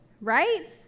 Right